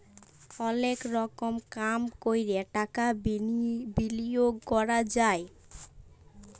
অলেক রকম কাম ক্যরে টাকা বিলিয়গ ক্যরা যায়